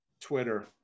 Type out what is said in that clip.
twitter